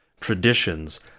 traditions